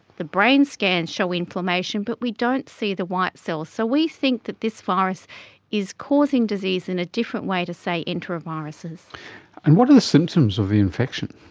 the brain scans show inflammation, but we don't see the white cells. so we think that this virus is causing disease in a different way to, say, enteroviruses and what are the symptoms of the infection?